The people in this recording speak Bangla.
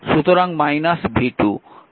সুতরাং v2